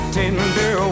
tender